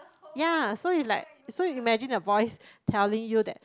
yea so you like so you imagine a voice telling you that